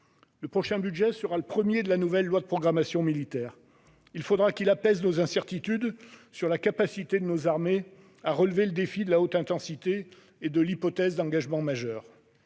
Le prochain budget sera le premier de la nouvelle LPM. Il faudra qu'il apaise nos incertitudes sur la capacité de nos armées à relever le défi de la haute intensité et de l'hypothèse d'engagement majeur.